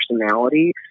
personality